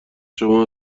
شما